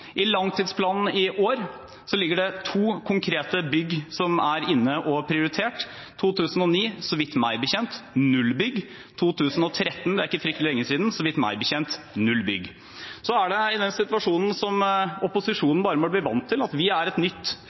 I langtidsplanen i år ligger det inne to konkrete bygg som er prioritert. I 2009 var det, meg bekjent, null bygg; i 2013 – det er ikke så veldig lenge siden – var det, meg bekjent, null bygg. Så er vi i den situasjonen som opposisjonen bare må bli vant til: Vi har et nytt